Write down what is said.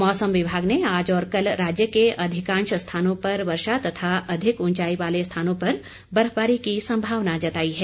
मौसम विभाग ने आज और कल राज्य के अधिकांश स्थानों पर वर्षा तथा अधिक ऊंचाई वाले स्थानों पर बर्फबारी की संभावना जताई है